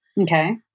Okay